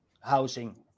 housing